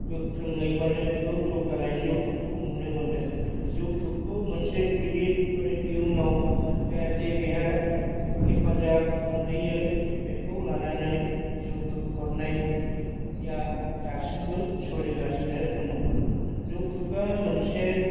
गोख्रोङै माने बेखौ जौगानायजौ नुनो मोनदों जौथुकखौ मोनसे गिदिर माने इयुनाव जाहाथे बेहा हेफाजाब मोनहोयो बेखौ लानानै जौथुक हरनाया दासिमबो सोलिगासिनो दङ जौथुकआ मोनसे